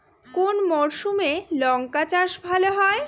কোন মরশুমে লঙ্কা চাষ ভালো হয়?